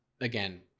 again